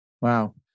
Wow